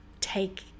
take